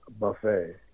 buffet